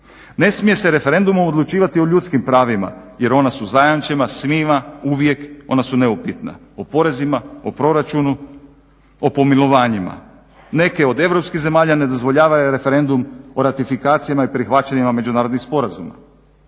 Ne smije se referendumom odlučivati o ljudskim pravima jer ona su zajamčena svima uvijek, ona su neupitna. O porezima, o proračunu, o pomilovanjima. Neke od europskih zemalja ne dozvoljavaju referendum o ratifikacijama i prihvaćanjima međunarodnih sporazuma.